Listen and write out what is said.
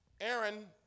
Aaron